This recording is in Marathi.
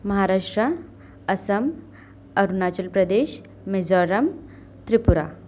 महाराष्ट्र आसाम अरुणाचल प्रदेश मिझोरम त्रिपुरा